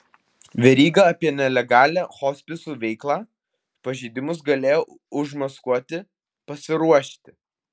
veryga apie nelegalią hospisų veiklą pažeidimus galėjo užmaskuoti pasiruošti